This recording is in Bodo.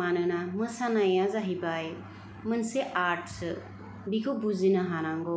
मानोना मोसानाया जाहैबाय मोनसे आर्थसो बिखौ बुजिनो हानांगौ